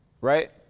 right